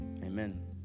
amen